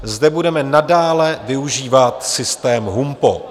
Zde budeme nadále využívat systém HUMPO.